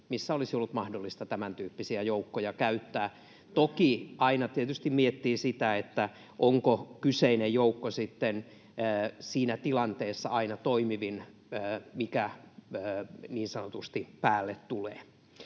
missä olisi ollut mahdollista tämäntyyppisiä joukkoja käyttää. Toki aina tietysti miettii sitä, onko kyseinen joukko aina toimivin sitten siinä tilanteessa, mikä niin sanotusti päälle tulee.